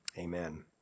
amen